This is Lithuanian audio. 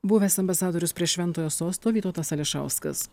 buvęs ambasadorius prie šventojo sosto vytautas ališauskas